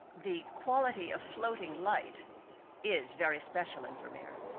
the quality of floating light is very special in vermeer.